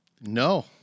No